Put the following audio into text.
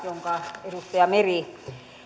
jonka edustaja meri